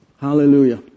Hallelujah